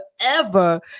forever